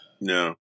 no